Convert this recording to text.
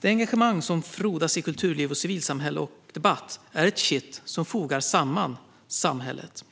Det engagemang som frodas i kulturliv, civilsamhälle och debatt är ett kitt som fogar samman samhället.